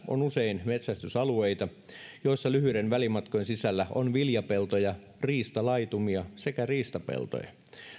on usein metsästysalueita joissa lyhyiden välimatkojen sisällä on viljapeltoja riistalaitumia sekä riistapeltoja